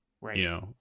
Right